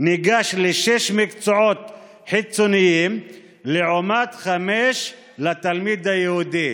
ניגש לשישה מקצועות חיצוניים לעומת חמישה לתלמיד היהודי.